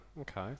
okay